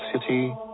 city